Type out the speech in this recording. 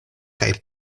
kaj